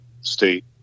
state